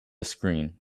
screen